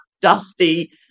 dusty